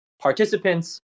participants